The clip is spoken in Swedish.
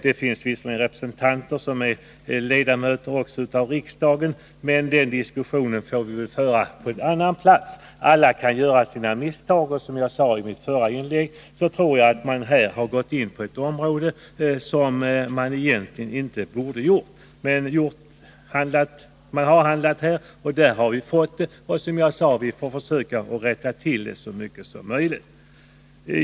Det finns visserligen representanter som också är ledamöter av riksdagen, men den diskussionen får vi väl föra på annan plats. Alla kan göra sina misstag, och som jag sade i mitt förra inlägg tror jag att man här gått in på ett område som man egentligen inte borde ha gått in på. Vi får, som jag framhöll, försöka rätta till det så gott som möjligt.